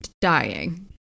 dying